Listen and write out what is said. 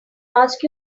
ask